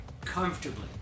comfortably